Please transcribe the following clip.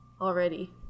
already